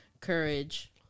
Courage